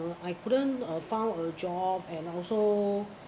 I couldn't uh found a job and also